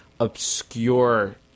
obscure